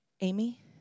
Amy